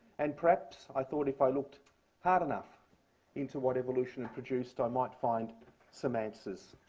and perhaps i thought if i looked hard enough into what evolution produced, i might find some answers,